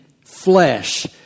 flesh